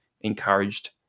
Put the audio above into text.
encouraged